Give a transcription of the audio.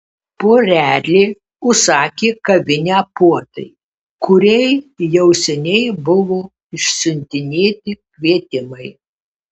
porelė užsakė kavinę puotai kuriai jau seniai buvo išsiuntinėti kvietimai